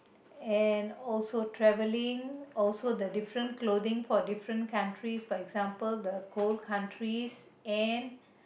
and also traveling also the different clothing for different country for example the cold countries and